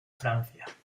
francia